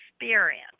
experience